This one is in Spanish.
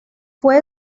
fue